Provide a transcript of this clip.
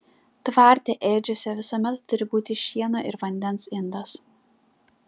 tvarte ėdžiose visuomet turi būti šieno ir vandens indas